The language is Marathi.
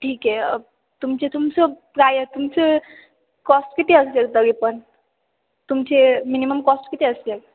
ठीक आहे तुमचे तुमचं प्राय तुमचं कॉस्ट किती असेल तरी पण तुमचे मिनिमम कॉस्ट किती असते